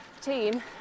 team